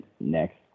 next